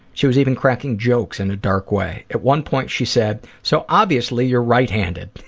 she was even cracking jokes in a dark way. at one point, she said so obviously, you're right-handed'.